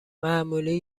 معمولی